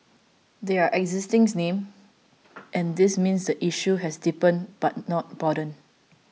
they are existing names and this means the issue has deepened but not broadened